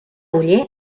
oller